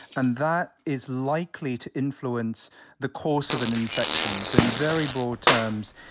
and that is likely to influence the course of an infection. so in very broad terms,